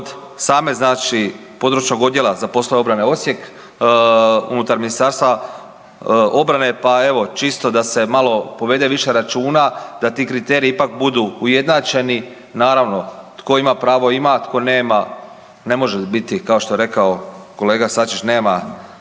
znači Područnog odjela za poslove obrane Osijek unutar Ministarstva obrane, pa evo čisto da se malo povede više računa da ti kriteriji ipak budu ujednačeni, naravno tko ima pravo ima, tko ima, ne može biti kao što je rekao kolega Sačić nema